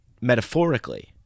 metaphorically